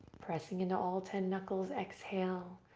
pressing into all ten knuckles, exhale,